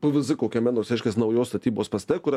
pvz kokiame nors reiškias naujos statybos paste kur